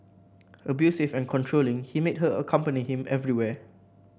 abusive and controlling he made her accompany him everywhere